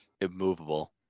Immovable